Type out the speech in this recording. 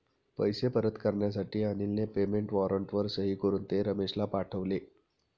पैसे परत करण्यासाठी अनिलने पेमेंट वॉरंटवर सही करून ते रमेशला पाठवले